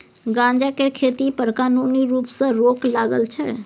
गांजा केर खेती पर कानुनी रुप सँ रोक लागल छै